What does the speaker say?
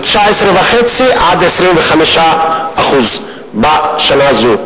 מ-19.5% עד 25% בשנה הזאת.